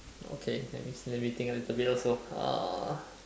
okay let me let me think a little bit also uh